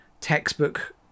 textbook